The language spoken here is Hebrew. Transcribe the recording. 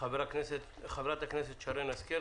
חה"כ שרן השכל,